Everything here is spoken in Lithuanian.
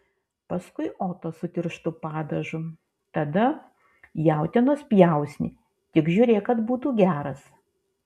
paskui otą su tirštu padažu tada jautienos pjausnį tik žiūrėk kad būtų geras